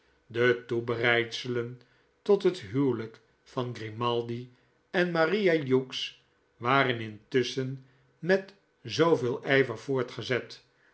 de toebereidselen tot het huwelijk van grimaldi en maria hughes werden intusschen met zooveel ijver voortgezet